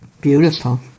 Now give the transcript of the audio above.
beautiful